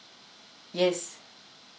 yes